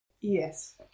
Yes